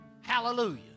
Hallelujah